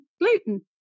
gluten